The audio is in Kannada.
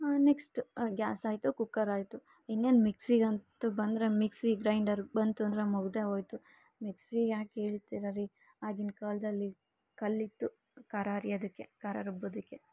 ನೆಕ್ಸ್ಟ್ ಗ್ಯಾಸ್ ಆಯಿತು ಕುಕ್ಕರ್ ಆಯಿತು ಇನ್ನೇನು ಮಿಕ್ಸಿಗಂತು ಬಂದರೆ ಮಿಕ್ಸಿ ಗ್ರೈಂಡರ್ ಬಂತು ಅಂದರೆ ಮುಗಿದೇ ಹೋಯ್ತು ಮಿಕ್ಸಿ ಯಾಕೆ ಹೇಳ್ತಿರಾ ರೀ ಆಗಿನ ಕಾಲದಲ್ಲಿ ಕಲ್ಲಿತ್ತು ಖಾರ ಅರೆಯೋದಿಕ್ಕೆ ಖಾರ ರುಬ್ಬೋದಕ್ಕೆ